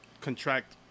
contract